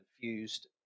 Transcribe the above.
confused